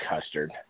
custard